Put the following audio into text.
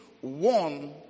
one